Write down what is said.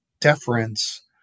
deference